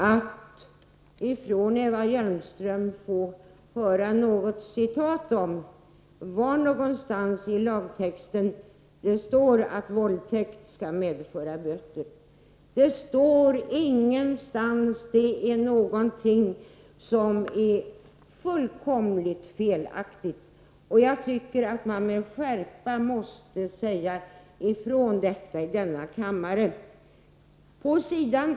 Herr talman! Det hade varit oerhört intressant att från Eva Hjelmström få höra något citat som visar var någonstans i lagtexten det står att våldtäkt skall medföra böter. Det står ingenstans — det är någonting fullkomligt felaktigt. Jag tycker att man med skärpa måste säga ifrån om det i denna kammare. Pås.